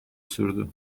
sürdü